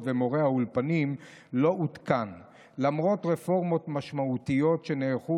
ומורי האולפנים לא עודכן למרות רפורמות משמעותיות שנערכו